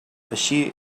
així